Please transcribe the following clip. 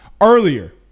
Earlier